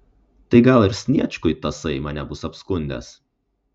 tai gal ir sniečkui tasai mane bus apskundęs